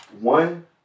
one